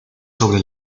sobre